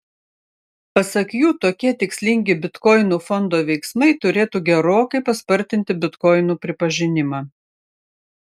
pasak jų tokie tikslingi bitkoinų fondo veiksmai turėtų gerokai paspartinti bitkoinų pripažinimą